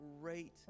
great